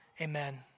amen